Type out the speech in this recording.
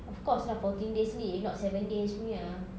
of course lah fourteen days leave if not seven days punya